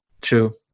True